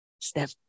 step